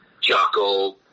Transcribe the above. Jocko